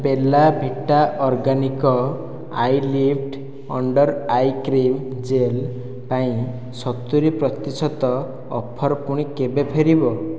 Bella Vita organic eyelift under eye cream gel ପାଇଁ ସତୁରି ପ୍ରତିଶତ ଅଫର୍ ପୁଣି କେବେ ଫେରିବ